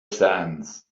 sands